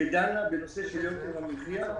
שדנה בנושא יוקר המחיה.